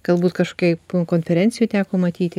galbūt kažkaip konferencijoj teko matyti